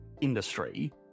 industry